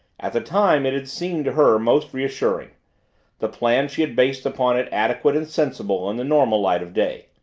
at the time it had seemed to her most reassuring the plans she had based upon it adequate and sensible in the normal light of day.